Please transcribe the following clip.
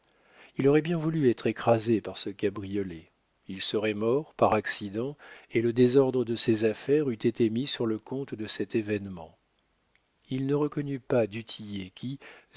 il aurait bien voulu être écrasé par ce cabriolet il serait mort par accident et le désordre de ses affaires eût été mis sur le compte de cet événement il ne reconnut pas du tillet qui